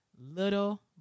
little